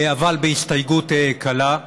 אבל בהסתייגות קלה.